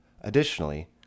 Additionally